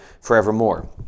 forevermore